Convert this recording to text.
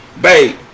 Babe